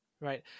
Right